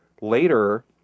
later